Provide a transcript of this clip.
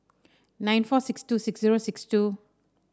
nine four six two six zero six two